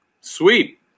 Sweet